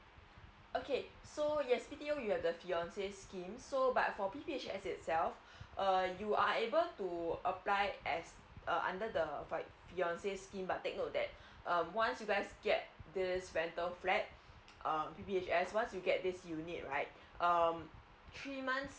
okay so yes speaking of you have the fiance scheme so but for P_P_H_S itself err you are able to apply as err under the fiance scheme but take note that err once you guys get this rental flat err P_P_H_S once you get this unit right um three months